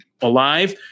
alive